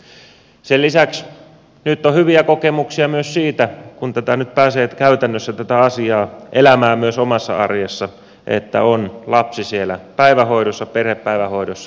sen lisäksi nyt on hyviä kokemuksia myös siitä kun nyt pääsee käytännössä tätä asiaa elämään myös omassa arjessa että lapsi on siellä päivähoidossa perhepäivähoidossa